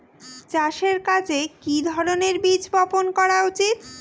চাষের কাজে কি ধরনের বীজ বপন করা উচিৎ?